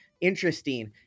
interesting